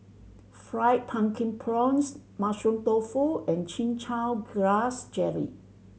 Fried Pumpkin Prawns Mushroom Tofu and Chin Chow Grass Jelly